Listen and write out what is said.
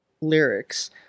lyrics